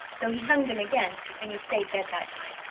so he hunged him again and he stayed dead that time.